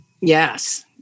Yes